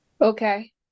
Okay